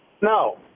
no